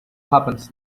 happens